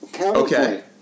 Okay